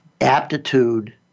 Aptitude